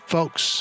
Folks